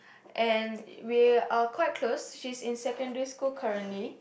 and we're quite close she's in secondary school currently